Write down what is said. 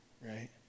right